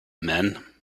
men